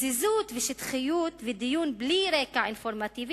פזיזות ושטחיות ודיון בלי רקע אינפורמטיבי,